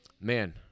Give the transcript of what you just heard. man